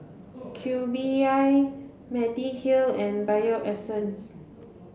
Cube I Mediheal and Bio Essence